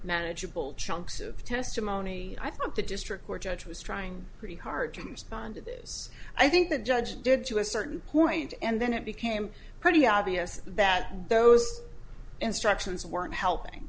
manageable chunks of testimony i think the district court judge was trying really hard to understand it is i think the judge did to a certain point and then it became pretty obvious that those instructions weren't helping